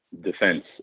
defense